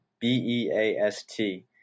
b-e-a-s-t